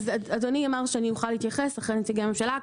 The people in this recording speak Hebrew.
אדוני אמר שאני אוכל להתייחס אחרי נציגי הממשלה.